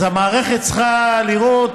אז המערכת צריכה לראות